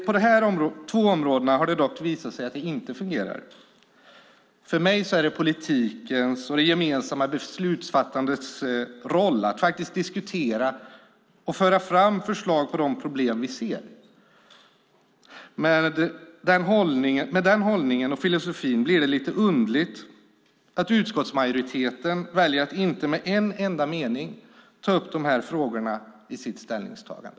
På de här två områdena har det dock visat sig att det inte fungerar. För mig är det politikens och det gemensamma beslutsfattandets roll att faktiskt diskutera och föra fram förslag till lösningar på de problem vi ser. Med den hållningen och den filosofin blir det lite underligt att utskottsmajoriteten väljer att inte med en enda mening ta upp de här frågorna i sitt ställningstagande.